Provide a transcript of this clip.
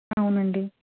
అవునండి